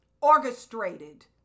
orchestrated